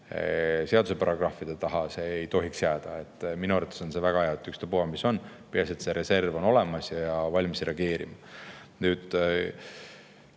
seaduseparagrahvide taha see ei tohiks jääda. Minu arvates on see väga hea. Ükspuha mis, peaasi et see reserv on olemas ja on valmis reageerima. Ma